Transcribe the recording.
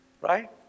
right